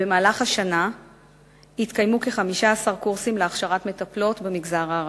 במהלך השנה התקיימו כ-15 קורסים להכשרת מטפלות במגזר הערבי.